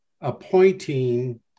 appointing